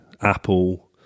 Apple